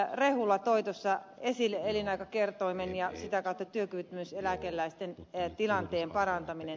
rehula toi tuossa esille elinaikakertoimen ja sitä kautta työkyvyttömyyseläkeläisten tilanteen parantaminen